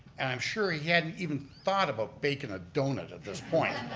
and i'm sure he hadn't even thought about makin' a doughnut at this point.